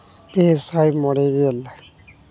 ᱯᱮᱥᱟᱭ ᱢᱚᱬᱮ ᱜᱮᱞ